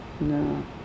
No